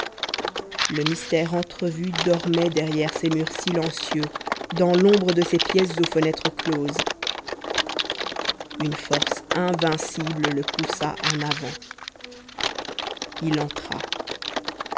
le mystère entrevu dormait derrière ces murs silencieux dans l'ombre de ces pièces aux fenêtres closes une force invisible le poussa en avant il entra